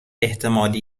احتمالی